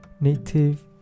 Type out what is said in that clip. native